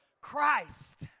Christ